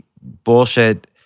bullshit